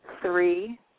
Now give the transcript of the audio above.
three